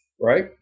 right